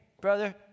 brother